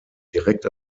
direkt